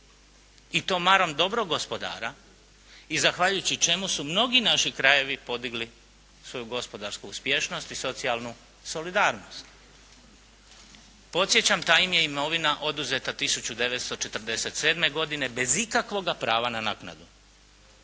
i to marom dobrog gospodara i zahvaljujući čemu su mnogi krajevi podigli svoju gospodarsku uspješnost i socijalnu solidarnost. Podsjećam, ta im je imovina oduzeta 1947. godine bez ikakvoga prava na naknadu.